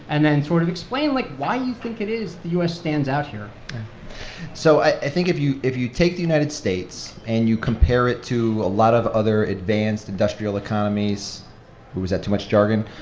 and then sort of explain, like, why you think it is the u s. stands out here so i think if you if you take the united states and you compare it to a lot of other advanced industrial economies was that too much jargon?